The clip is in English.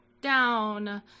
down